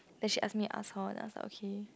then she ask me to ask her then I was like okay